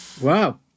Wow